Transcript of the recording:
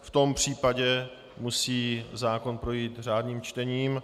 V tom případě musí zákon projít řádným čtením.